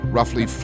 Roughly